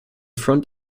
front